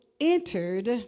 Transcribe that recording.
entered